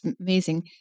amazing